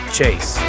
Chase